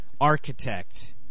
architect